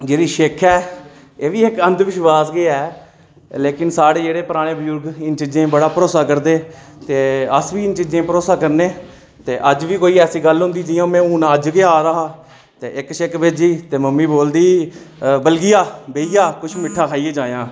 जेह्ड़ी शेक्क ऐ एह् बी इक्क अंध विश्वास गै ऐ लेकिन साढ़े जेह्डे़ पराने बुजुर्ग हे इ'नें चीजें दा बड़ा भरोसा करदे हे ते अस बी इ'नें चीजें दा भरोसा करने ते अज्ज बी केोई ऐसी गल्ल होंदी जि'यां में हून अज्ज गै आ दा हा ते इक्क शेक्क बज्जी ते मम्मी बोलदी बल्गी जा ब्हेई जा किश मिट्ठा खाइयै जायां